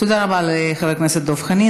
תודה רבה לחבר הכנסת דב חנין.